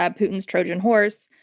ah putin's trojan horse.